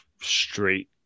straight